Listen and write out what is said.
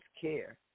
care